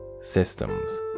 systems